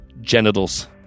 Genitals